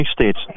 states